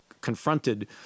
confronted